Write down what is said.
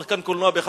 שחקן קולנוע,